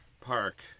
Park